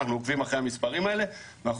אנחנו עוקבים אחרי המספרים האלה ואנחנו